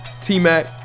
T-Mac